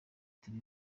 turi